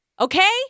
Okay